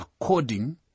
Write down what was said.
according